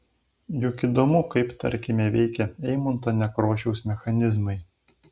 juk įdomu kaip tarkime veikia eimunto nekrošiaus mechanizmai